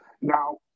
Now